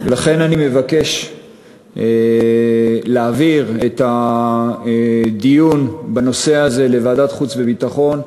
לכן אני מבקש להעביר את הדיון בנושא הזה לוועדת החוץ והביטחון,